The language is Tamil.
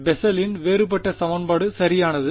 பெசலின் வேறுபட்ட சமன்பாடு சரியானது